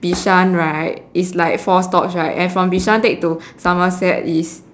Bishan right is like four stops right and from Bishan take to somerset is